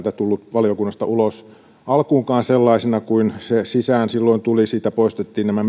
tullut valiokunnasta ulos alkuunkaan sellaisena kuin se sisään silloin tuli siitä poistettiin nämä